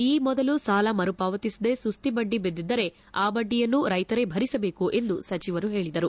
ಈ ಮೊದಲು ಸಾಲ ಮರುಪಾವತಿಸದೆ ಸುಸ್ತಿಬಡ್ಡಿ ಬಿದ್ದಿದ್ದರೆ ಆ ಬಡ್ಡಿಯನ್ನು ರೈತರೇ ಭರಿಸಬೇಕು ಎಂದು ಸಚಿವರು ಹೇಳಿದರು